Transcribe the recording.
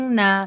na